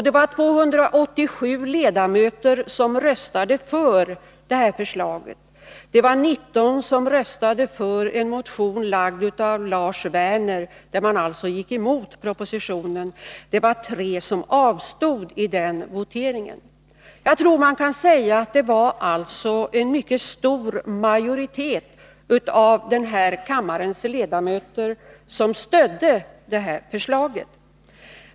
Det var 287 ledamöter som röstade för detta förslag. Det var 19 som röstade för en motion väckt av Lars Werner, där man gick emot propositionen. Det var 3 som avstod i denna votering. Man kan alltså säga att det var en mycket stor majoritet av denna kammares ledamöter som stödde förslaget.